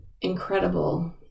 incredible